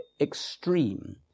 extreme